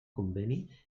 conveni